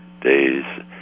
days